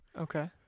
Okay